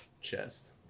chest